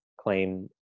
claim